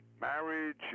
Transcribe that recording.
Marriage